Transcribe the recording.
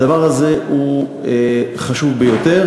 הדבר הזה הוא חשוב ביותר,